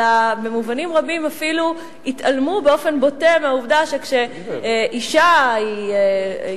אלא במובנים רבים אפילו התעלמו באופן בוטה מהעובדה שכשאשה יולדת,